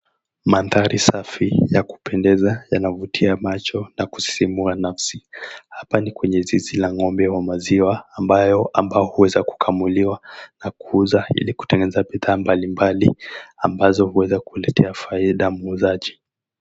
Mandhari safi yakupendeza yanavutia macho na kusisimua nafasi. Hapa ni kwenye zizi la ng'ombe wa maziwa ambao huweza kukamuliwa na kuuza Ili kutengeneza bidhaa mbalimbali ambazo huweza kuletea faida muuzaji.